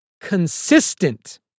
consistent